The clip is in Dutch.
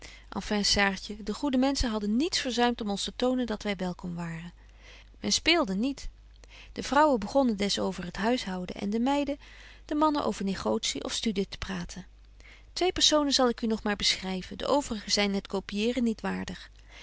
enfin saartje de goede menschen hadden niets verzuimt om ons te tonen dat wy welkom waren men speelde niet de vrouwen betje wolff en aagje deken historie van mejuffrouw sara burgerhart begonnen des over het huishouden en de meiden de mannen over negotie of studie te praten twee personen zal ik u nog maar beschryven de overigen zyn het copieeren niet waardig